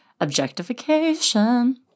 objectification